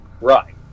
Right